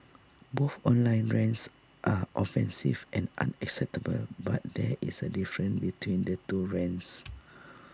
both online rants are offensive and unacceptable but there is A difference between the two rants